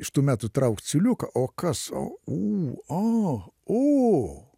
iš tų metų traukt siūliuką o kas o ū o